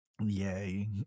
yay